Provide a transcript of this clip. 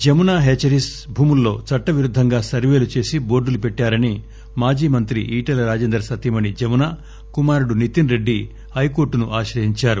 Jamuna hatcheries భూముల్లో చట్టవిరుద్దంగా సర్వేలు చేసి బోర్టులు పెట్లారని మాజీ మంత్రి ఈటల రాజేందర్ సతీమణి జమున కుమారుడు నితిన్ రెడ్డి హైకోర్టును ఆశ్రయించారు